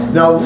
Now